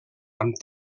amb